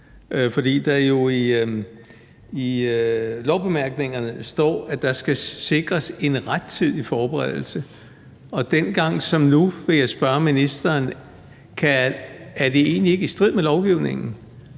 fordi der jo i lovbemærkningerne står, at der skal sikres en rettidig forberedelse, vil jeg nu som dengang spørge ministeren, om det egentlig ikke er i strid med lovgivningen,